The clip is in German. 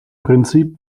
prinzip